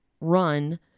run